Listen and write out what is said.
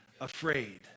afraid